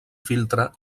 filtre